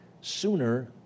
sooner